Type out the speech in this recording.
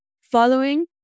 following